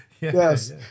Yes